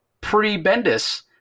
pre-Bendis